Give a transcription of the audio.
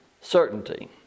certainty